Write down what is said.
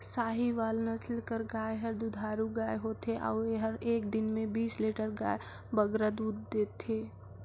साहीवाल नसल कर गाय हर दुधारू गाय होथे अउ एहर एक दिन में बीस लीटर ले बगरा दूद देथे